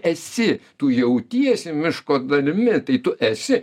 esi tu jautiesi miško dalimi tai tu esi